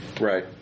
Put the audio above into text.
Right